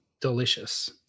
delicious